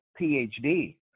PhD